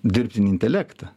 dirbtinį intelektą